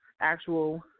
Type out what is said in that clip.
actual